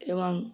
এবং